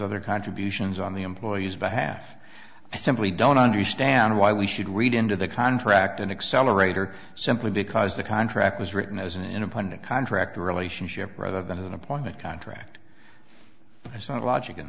other contributions on the employee's behalf i simply don't understand why we should read into the contract an accelerator simply because the contract was written as an independent contractor relationship rather than an employment contract